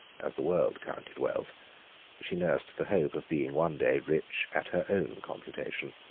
as the world counted wealth she nursed the hope, of being one day rich at her own computation.